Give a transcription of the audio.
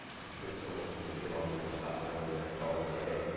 i'm sure someone's gonna get on me for not knowing that color but hey,